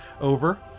over